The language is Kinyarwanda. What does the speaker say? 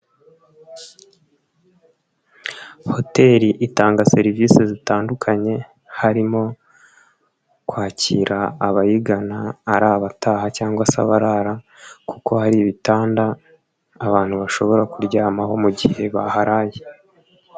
Hoteli itanga serivisi zitandukanye. Harimo: kwakira abayigana, ari abataha cyangwa se abarara kuko hari ibitanda, abantu bashobora kuryamaho mu gihe baharaye.